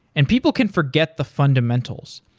and people can forget the fundamentals.